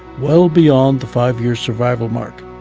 well beyond the five years survival mark.